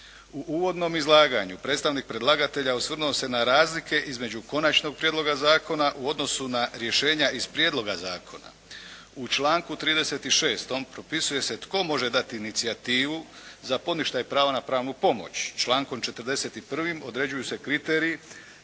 U uvodnom izlaganju predstavnik predlagatelja osvrnuo se na razlike između Konačnog prijedloga Zakona u odnosu na rješenja iz Prijedloga zakona. U članku 36. propisuje se tko može dati inicijativu za poništaj prava na pravnu pomoć. Člankom 41. određuju se kriteriji